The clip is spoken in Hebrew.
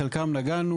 בחלקם נגענו,